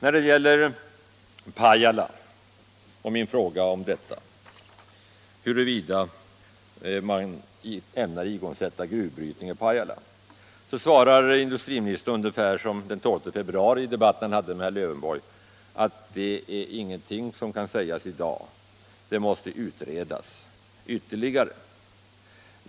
När det gäller min fråga om huruvida man ämnar igångsätta gruvbrytning i Pajala svarar industriministern ungefär som i en debatt han hade med herr Lövenborg den 12 februari, att ingenting kan sägas i dag, att det måste utredas ytterligare.